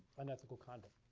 on ethical conduct.